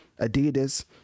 adidas